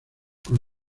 con